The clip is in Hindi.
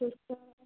ठीक है